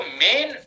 main